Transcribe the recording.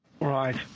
Right